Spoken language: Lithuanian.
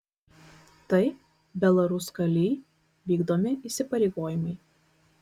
tai belaruskalij vykdomi įsipareigojimai